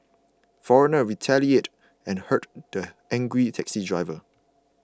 foreigner retaliated and hurt the angry taxi uncle